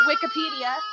Wikipedia